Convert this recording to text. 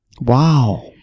Wow